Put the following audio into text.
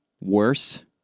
worse